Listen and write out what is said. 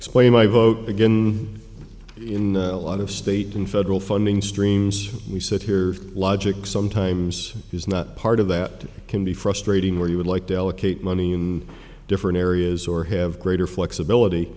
explained my vote again in a lot of state and federal funding streams for we said here logic sometimes is not part of that can be frustrating where you would like to allocate money i'm different areas or have greater flexibility